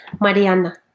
Mariana